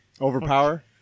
overpower